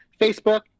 facebook